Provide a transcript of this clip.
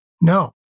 No